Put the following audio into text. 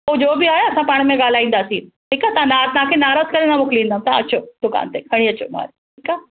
पो जो बि आहे असां पाण में ॻाल्हाईंदासीं ठीक आ तां ना तांखे नाराज़ करे न मोकिलींदा तां अचो दुकान ते खणी अचो माल ठीक आ